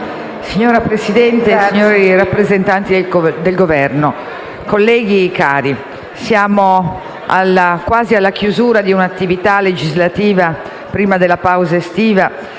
Signora Presidente, signori rappresentanti del Governo, cari colleghi, siamo quasi in chiusura di una attività legislativa prima della pausa estiva